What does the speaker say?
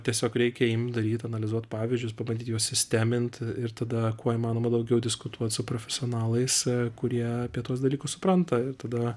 tiesiog reikia imt daryt analizuot pavyzdžius pabandyt juos sistemint ir tada kuo įmanoma daugiau diskutuot su profesionalais kurie apie tuos dalykus supranta ir tada